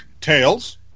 Tails